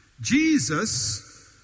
Jesus